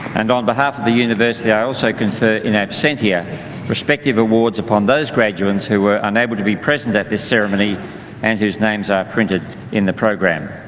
and on behalf of the university, i also confer in absentia respective awards upon those graduands who were unable to be present at this ceremony and whose names are printed in the program.